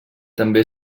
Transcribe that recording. també